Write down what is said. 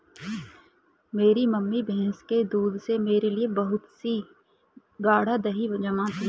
मेरी मम्मी भैंस के दूध से मेरे लिए बहुत ही गाड़ा दही जमाती है